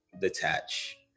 detach